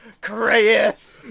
Chris